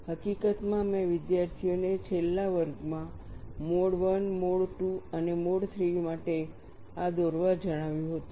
હકીકતમાં મેં વિદ્યાર્થીઓને છેલ્લા વર્ગમાં મોડ I મોડ II અને મોડ III માટે આ દોરવા જણાવ્યું હતું